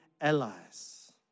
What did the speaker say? allies